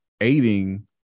aiding